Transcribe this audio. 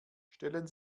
stellen